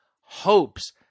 hopes